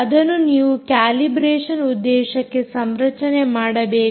ಅದನ್ನು ನೀವು ಕ್ಯಾಲಿಬ್ರೇಷನ್ ಉದ್ದೇಶಕ್ಕೆ ಸಂರಚನೆ ಮಾಡಬೇಕು